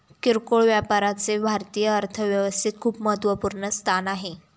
किरकोळ व्यापाराचे भारतीय अर्थव्यवस्थेत खूप महत्वपूर्ण स्थान आहे